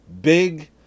big